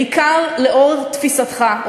בעיקר לאור תפיסתך,